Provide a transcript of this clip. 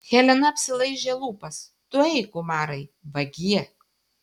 helena apsilaižė lūpas tu eik umarai vagie